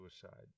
suicide